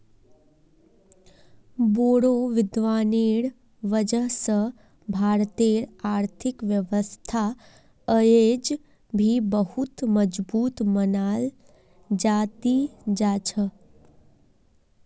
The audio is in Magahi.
बोड़ो विद्वानेर वजह स भारतेर आर्थिक व्यवस्था अयेज भी बहुत मजबूत मनाल जा ती जा छ